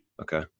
Okay